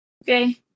Okay